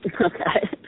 Okay